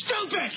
stupid